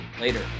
Later